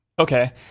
Okay